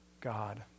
God